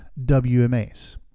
wmas